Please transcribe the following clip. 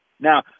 Now